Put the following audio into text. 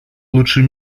лучший